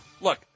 look